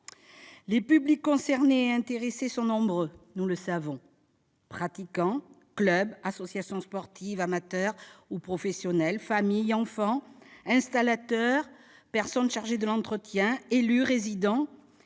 les publics concernés et intéressés sont nombreux : pratiquants, clubs, associations sportives- amateurs et professionnels -, familles et enfants, installateurs, personnes chargées de l'entretien, élus, résidents